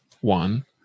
one